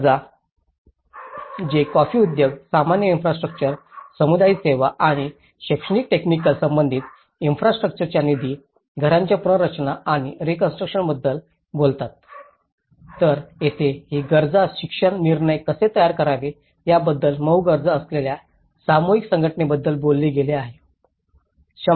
कठोर गरजा जे कॉफी उद्योग सामान्य इन्फ्रास्ट्रउच्चर सामुदायिक सेवा आणि शैक्षणिक टेकनिक संबंधित इन्फ्रास्ट्रउच्चरंच्या निधी घरांच्या पुनर्रचना आणि रीकॉन्स्ट्रुकशनबद्दल बोलतात तर येथे आणि गरजा शिक्षण निर्णय कसे तयार करावे याबद्दल मऊ गरजा असलेल्या सामुदायिक संघटनेबद्दल बोलले गेले आहे